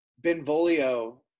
Benvolio